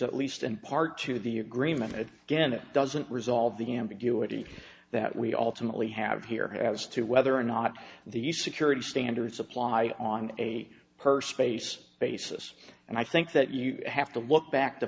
at least in part to the agreement it again it doesn't resolve the ambiguity that we alternately have here as to whether or not the security standards apply on a per space basis and i think that you have to look back to